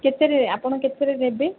କେତେରେ ଆପଣ କେତେରେ ନେବେ